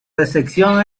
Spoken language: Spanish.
recepción